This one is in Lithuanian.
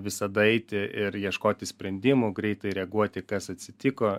visada eiti ir ieškoti sprendimų greitai reaguoti kas atsitiko